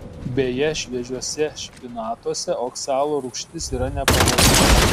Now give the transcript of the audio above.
beje šviežiuose špinatuose oksalo rūgštis yra nepavojinga